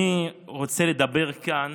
אני רוצה לדבר כאן